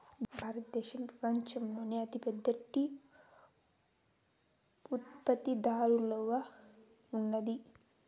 భారతదేశం పపంచంలోనే అతి పెద్ద టీ ఉత్పత్తి దారుగా ఉన్నాది